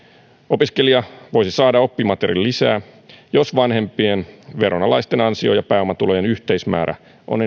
opiskelija voisi saada oppimateriaalilisää jos vanhempien veronalaisten ansio ja pääomatulojen yhteismäärä on